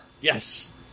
Yes